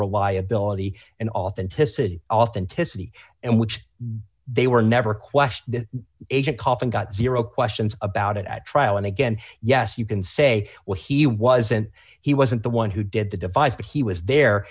reliability and authenticity authenticity and which they were never questioned that coffin got zero questions about it at trial and again yes you can say well he wasn't he wasn't the one who did the device but he was there